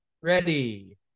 Ready